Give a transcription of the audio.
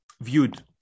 viewed